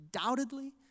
undoubtedly